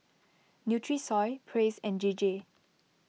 Nutrisoy Praise and J J